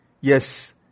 yes